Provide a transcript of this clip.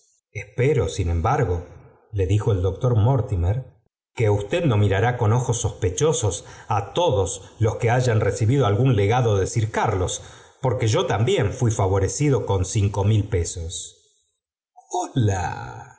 espero sin embargo le dijo el doctor mor tnner que usted na ará con ojos sospechosos a todos los que hayjpibido algún legado fíe ir v oanos porque yo taafttén fui favorecido con cinco mu posos